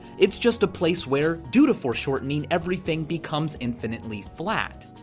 it's just a place where due to foreshortening everything becomes infinitely flat.